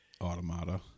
automata